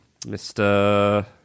Mr